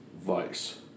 vice